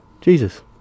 Jesus